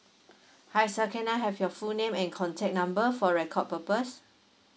hi sir can I have your full name and contact number for record purpose